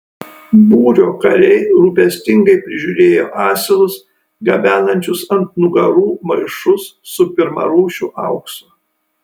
būrio kariai rūpestingai prižiūrėjo asilus gabenančius ant nugarų maišus su pirmarūšiu auksu